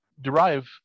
derive